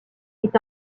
est